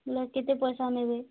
ବୋଲେ କେତେ ପଇସା ନେବେ